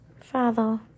Father